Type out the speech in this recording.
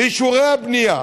אישורי הבנייה,